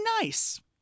nice